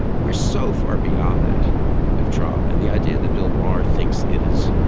we're so far beyond that with trump and the idea that bill barr thinks it is.